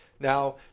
Now